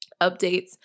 updates